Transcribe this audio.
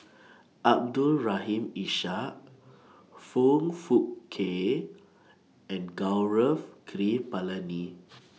Abdul Rahim Ishak Foong Fook Kay and Gaurav Kripalani